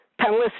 Panelists